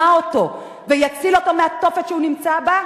אותו ויציל אותו מהתופת שהוא נמצא בו,